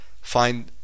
find